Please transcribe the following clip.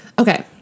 Okay